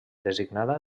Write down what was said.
designada